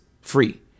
free